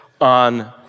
on